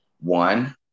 One